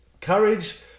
courage